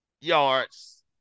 yards